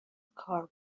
کار